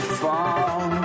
fall